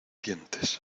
dientes